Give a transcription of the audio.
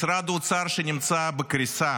משרד האוצר, שנמצא בקריסה,